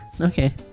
Okay